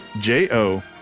J-O